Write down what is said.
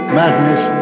madness